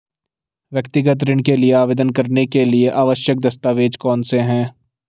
व्यक्तिगत ऋण के लिए आवेदन करने के लिए आवश्यक दस्तावेज़ कौनसे हैं?